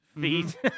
feet